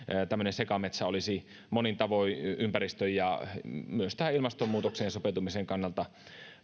sekametsä olisi monin tavoin ympäristön ja myös ilmastonmuutokseen sopeutumisen kannalta